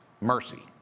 mercy